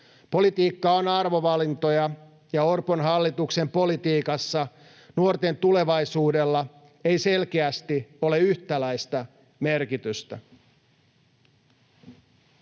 Politiikka on arvovalintoja, ja Orpon hallituksen politiikassa nuorten tulevaisuudella ei selkeästi ole yhtäläistä merkitystä.